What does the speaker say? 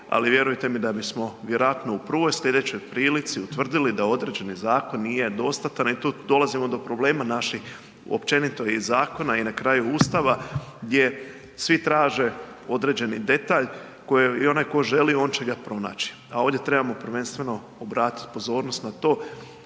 ali vjerujte mi da bismo vjerojatno u prvoj slijedećoj prilici utvrdili da određeni zakon nije dostatan i tu dolazimo do problema naših općenito i zakona i na kraju Ustava gdje svi traže određeni detalj kojeg i onaj ko želi on će ga pronaći, a ovdje trebamo prvenstveno obratiti pozornost na to